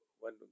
one